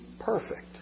perfect